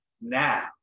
Now